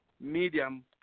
medium